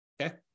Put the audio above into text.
Okay